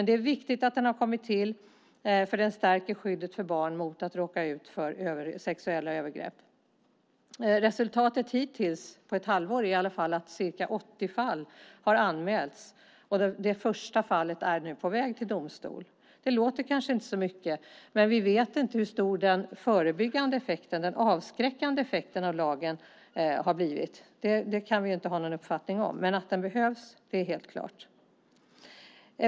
Det är viktigt att lagen har kommit till, eftersom den stärker skyddet för barn mot att råka ut för sexuella övergrepp. Resultatet hittills, på ett halvår, är att ca 80 fall har anmälts. Det första fallet är nu på väg till domstol. Det låter kanske inte så mycket, men vi vet inte hur stor den förebyggande, avskräckande, effekten av lagen är. Det kan vi ju inte ha någon uppfattning om. Att den behövs är helt klart.